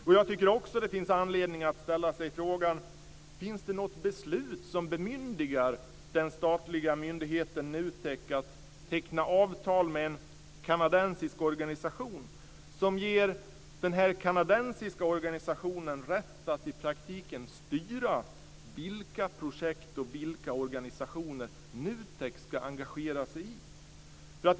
Det finns också anledning att ställa sig frågan om det finns något beslut som bemyndigar den statliga myndigheten NUTEK att teckna avtal med en kanadensisk organisation, som ger den organisationen rätt att i praktiken styra vilka projekt och organisationer NUTEK ska engagera sig i.